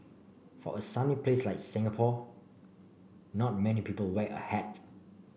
for a sunny place like Singapore not many people wear a hat